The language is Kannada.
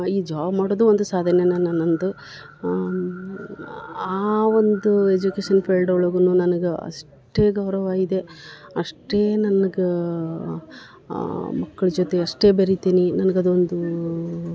ಈ ಜಾಬ್ ಮಾಡೋದು ಒಂದು ಸಾಧನೆನನ ನನ್ನದು ಆ ಒಂದು ಎಜುಕೇಶನ್ ಫೀಲ್ಡ್ ಒಳಗುನು ನನಗೆ ಅಷ್ಟೇ ಗೌರವ ಇದೆ ಅಷ್ಟೇ ನನಗೆ ಮಕ್ಳ ಜೊತೆ ಅಷ್ಟೆ ಬೆರಿತೀನಿ ನನಗೆ ಅದೊಂದು